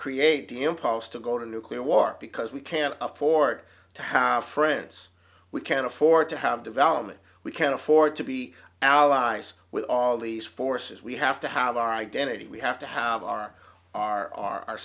impulse to go to nuclear war because we can't afford to have friends we can't afford to have development we can't afford to be allies with all these forces we have to have our identity we have to have our